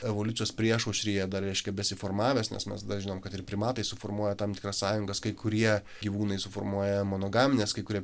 evoliucijos priešaušryje dar reiškia besiformavęs nes mes dar žinom kad ir primatai suformuoja tam tikras sąjungas kai kurie gyvūnai suformuoja monogamines kai kurie